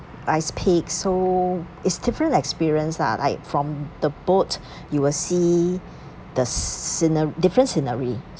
iceberg so is different experience lah like from the boat you will see the scener~ different scenery